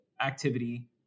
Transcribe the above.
activity